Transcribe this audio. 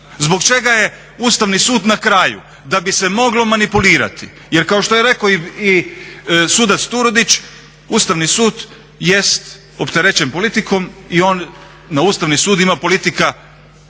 zbog čega je Ustavni sud na kraju? Da bi se moglo manipulirati, jer kao što je rekao i sudac Turudić Ustavni sud jeste opterećen politikom i on na Ustavni sud ima politika utjecaja